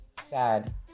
Sad